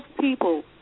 people